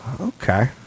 Okay